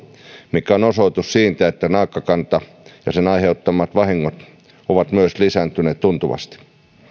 mikä on osoitus siitä että naakkakanta ja myös sen aiheuttamat vahingot ovat lisääntyneet tuntuvasti